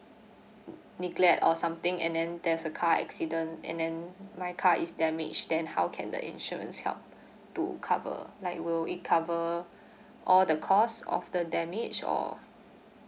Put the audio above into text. neglect or something and then there's a car accident and then my car is damage then how can the insurance helps to cover like will it cover all the cost of the damage or